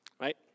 right